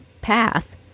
path